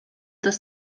das